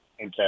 Okay